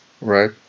Right